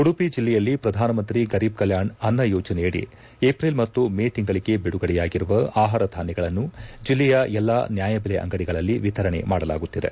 ಉಡುಪಿ ಜಿಲ್ಲೆಯಲ್ಲಿ ಪ್ರಧಾನಮಂತ್ರಿ ಗರೀಬ್ ಕಲ್ಮಾಣ್ ಅನ್ನ ಯೋಜನೆಯಡಿ ಏಪ್ರಿಲ್ ಮತ್ತು ಮೇ ತಿಂಗಳಗೆ ಬಿಡುಗಡೆಯಾಗಿರುವ ಆಹಾರಧಾನ್ಯಗಳನ್ನು ಜಿಲ್ಲೆಯ ಎಲ್ಲಾ ನ್ಯಾಯಬೆಲೆ ಅಂಗಡಿಗಳಲ್ಲಿ ವಿತರಣೆ ಮಾಡಲಾಗುತ್ತಿದೆ